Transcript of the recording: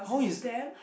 how is